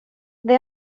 they